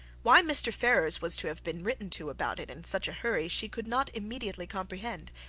why mr. ferrars was to have been written to about it in such a hurry, she could not immediately comprehend.